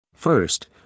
First